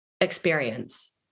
experience